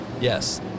Yes